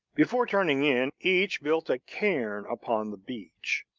before turning in, each built a cairn upon the beach,